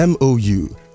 MOU